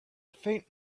faint